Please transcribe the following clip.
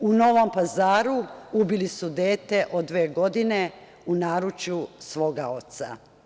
U Novom Pazaru ubili su dete od dve godine, u naručju svoga oca.